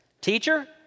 Teacher